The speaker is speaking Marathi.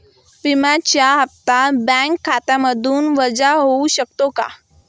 विम्याचा हप्ता बँक खात्यामधून वजा होऊ शकतो का?